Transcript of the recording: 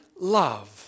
love